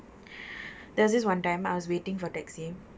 there's this [one] time I was waiting for taxi